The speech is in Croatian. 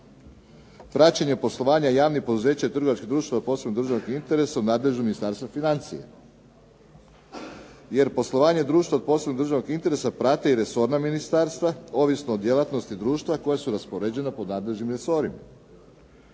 praćenje poslovanja javnih poduzeća i trgovačkih društava od posebnog državnog interesa u nadležno Ministarstvo financija, jer poslovanje društva od posebnog državnog interesa prate i resorna ministarstva, ovisno o djelatnosti društva koja su raspoređena po nadležnim resorima.